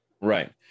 Right